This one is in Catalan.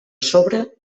sobre